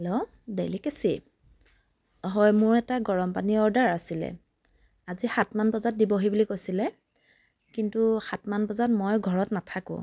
hello ডেলিকেচি হয় মই এটা গৰম পানী অৰ্ডাৰ আছিলে আজি সাতমান বজাত দিবহি বুলি কৈছিলে কিন্তু সাতমান বজাত মই ঘৰত নাথাকো